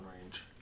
range